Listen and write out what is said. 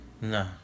No